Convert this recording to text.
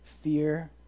fear